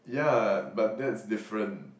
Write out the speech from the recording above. yeah but that's different